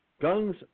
guns